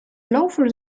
loafers